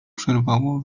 przerwało